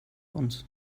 uns